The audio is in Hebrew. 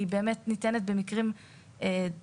היא באמת ניתנת במקרים דחופים,